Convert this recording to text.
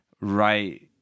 Right